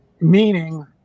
Meaning